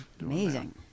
Amazing